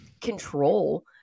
control